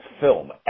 film